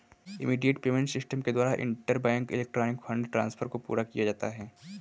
immediate payment system के द्वारा interbank electronic fund transfer को पूरा किया जाता है